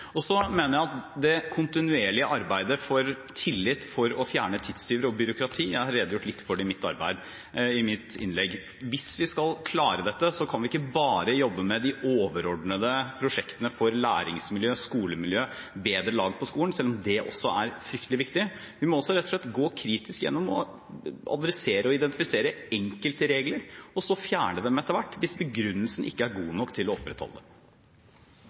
Så til det kontinuerlige arbeidet for tillit, for å fjerne tidstyver og byråkrati, som jeg har redegjort litt for i mitt innlegg: Hvis vi skal klare dette, kan vi ikke bare jobbe med de overordnede prosjektene for læringsmiljø, skolemiljø, bedre lag på skolen, selv om det også er fryktelig viktig. Vi må også rett og slett gå kritisk gjennom og adressere og identifisere enkeltregler og så fjerne dem etter hvert hvis begrunnelsen ikke er god nok til å opprettholde dem. Jeg tror det